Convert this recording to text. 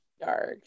dark